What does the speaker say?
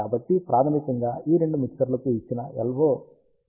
కాబట్టి ప్రాథమికంగా ఈ రెండు మిక్సర్లకు ఇచ్చిన LO ఫేజ్ లో ఉంది